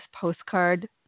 postcard